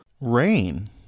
rain